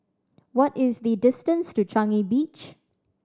what is the distance to Changi Beach